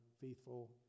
faithful